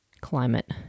climate